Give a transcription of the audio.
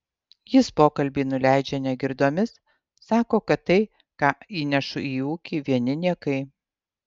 jis pokalbį nuleidžia negirdomis sako kad tai ką įnešu į ūkį vieni niekai